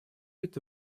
это